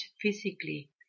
physically